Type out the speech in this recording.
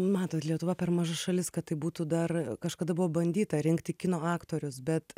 matot lietuva per maža šalis kad tai būtų dar kažkada buvo bandyta rinkti kino aktorius bet